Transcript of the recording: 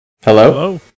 Hello